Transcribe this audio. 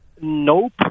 Nope